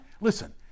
listen